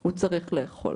הוא צריך לאכול.